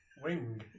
WING